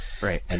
Right